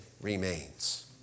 remains